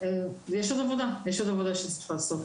יש עוד עבודה, יש עוד עבודה שצריך לעשות.